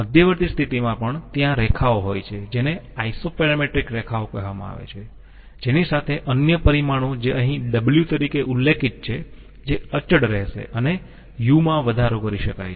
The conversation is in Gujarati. મધ્યવર્તી સ્થિતિમાં પણ ત્યાં રેખાઓ હોય છે જેને આઈસોપેરેમેટ્રિક રેખાઓ કહેવામાં આવે છે જેની સાથે અન્ય પરિમાણો જે અહીં w તરીકે ઉલ્લેખિત છે જે અચળ રહેશે અને u માં વધારો કરી શકાય છે